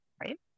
right